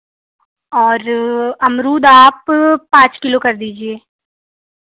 और अमरुद आप पाँच किलो कर दीजिए